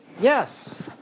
Yes